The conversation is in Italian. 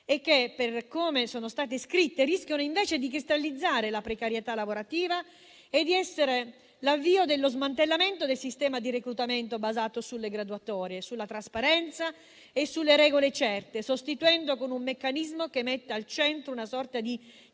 per come sono state scritte, rischiano invece di cristallizzare la precarietà lavorativa e di essere l'avvio dello smantellamento del sistema di reclutamento basato sulle graduatorie, sulla trasparenza e sulle regole certe, sostituendolo con un meccanismo che metta al centro una sorta di